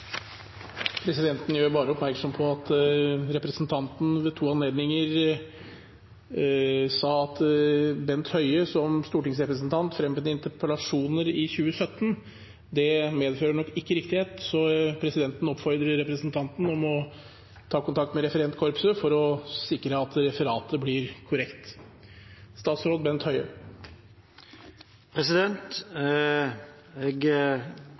Presidenten gjør oppmerksom på at representanten ved to anledninger sa at Bent Høie som stortingsrepresentant fremmet interpellasjoner i 2017. Det medfører nok ikke riktighet, så presidenten oppfordrer representanten til å ta kontakt med referentseksjonen for å sikre at referatet blir korrekt. Jeg